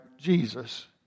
Jesus